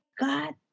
God